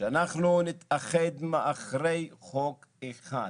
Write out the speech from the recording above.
שנתאחד מאחורי חוק אחד,